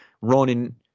Ronan